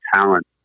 talent